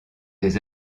des